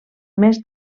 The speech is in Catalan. més